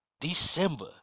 December